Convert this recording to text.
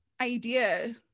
idea